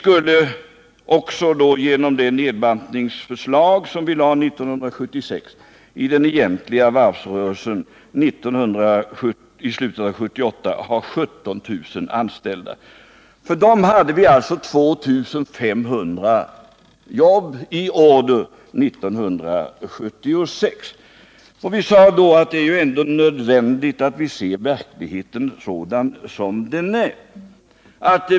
Enligt det nedbantningsförslag som vi lade fram 1976 skulle den egentliga varvsrörelsen i slutet av 1978 ha 17 000 anställda. För dem fanns alltså 1976 en orderstock som gav 2 500 jobb. Vi sade då att det är nödvändigt att se verkligheten sådan som den är.